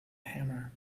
hammer